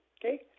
okay